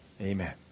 Amen